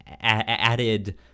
added